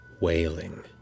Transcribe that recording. wailing